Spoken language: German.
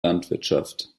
landwirtschaft